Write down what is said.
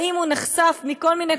האם הוא נחשף לכל מיני,